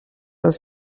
است